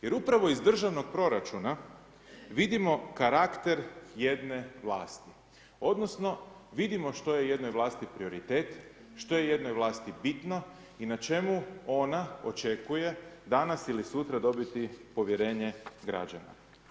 Jer upravo iz državnog proračuna vidimo karakter jedne vlasti odnosno vidimo što je jednoj vlasti prioritet, što je jednoj vlasti bitno i na čemu ona očekuje danas ili sutra dobiti povjerenje građana.